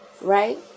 Right